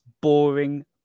Boring